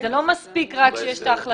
זה לא מספיק רק שיש את החלטות.